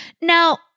Now